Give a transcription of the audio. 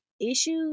issues